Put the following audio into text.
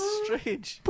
strange